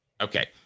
Okay